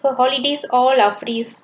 her holidays all are freeze